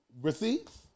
Receipts